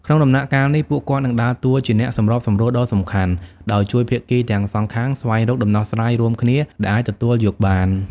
ក្នុងដំណាក់កាលនេះ ពួកគាត់នឹងដើរតួជាអ្នកសម្របសម្រួលដ៏សំខាន់ ដោយជួយភាគីទាំងសងខាងស្វែងរកដំណោះស្រាយរួមគ្នា ដែលអាចទទួលយកបាន។